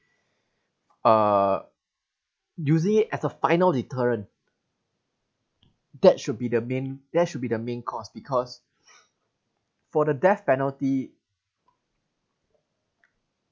uh use it as a final deterrent that should be the main that should be the main course because for the death penalty